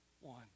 One